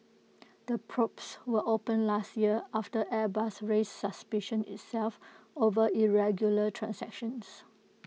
the probes were opened last year after airbus raised suspicions itself over irregular transactions